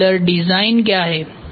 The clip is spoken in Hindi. मॉड्यूलर डिजाइन क्या है